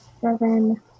seven